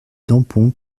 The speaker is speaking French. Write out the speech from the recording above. dampont